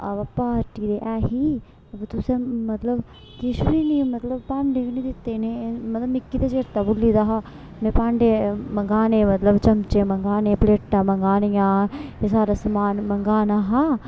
अवांं party ते ऐ ही तुसें मतलब किश बी नी मतलब भांडे बी नी दित्ते इनें मतलब मिगी ते चेता भुल्ली गेदा हा में भांडे मंगाने मतलब चमचे मंगाने प्लेटां मंगानियां एह् सारा समान मंगाना हा